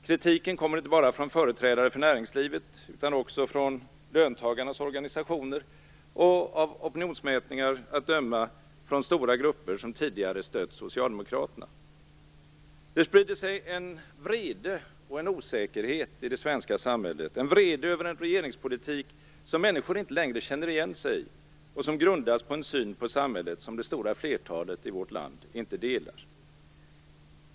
Kritiken kommer inte bara från företrädare för näringslivet utan också från löntagarnas organisationer och, av opinionsmätningar att döma, från stora grupper som tidigare stött Socialdemokraterna. Det sprider sig en vrede och en osäkerhet i det svenska samhället. Det är en vrede över en regeringspolitik som människor inte längre känner igen sig i och som grundas på en syn på samhället som det stora flertalet i vårt land inte delar.